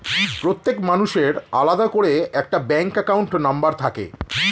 প্রত্যেক মানুষের আলাদা করে একটা ব্যাঙ্ক অ্যাকাউন্ট নম্বর থাকে